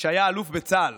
שהיה אלוף בצה"ל